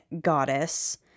goddess